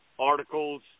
articles